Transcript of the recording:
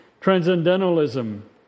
Transcendentalism